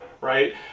right